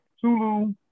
Tulu